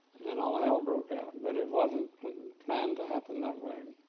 and all hell broke out. but it wasn't planned to happen that way.